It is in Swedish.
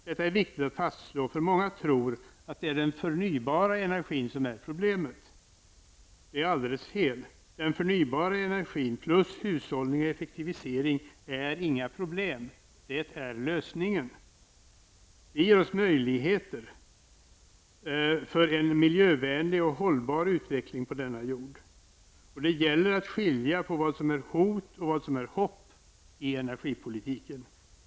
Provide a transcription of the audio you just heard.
Detta är viktigt att fastslå, eftersom många tror att det är den förnybara energin som är problemet. Det är alldeles fel. Den förnybara energin plus hushållning och effektivisering är inga problem, de är lösningen. De ger oss möjligheter för en miljövänlig och hållbar utveckling på denna jord. Det gäller att skilja på vad som är hot och vad som är hopp i energipolitiken.